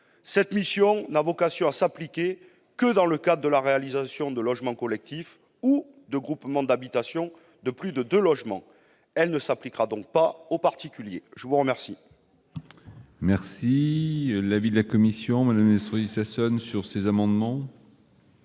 Cette mission n'a vocation à s'appliquer que dans le cadre de la réalisation de logements collectifs ou de groupements d'habitations de plus de deux logements. Elle ne s'appliquera donc pas aux particuliers. Quel